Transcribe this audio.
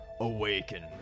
Awaken